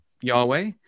Yahweh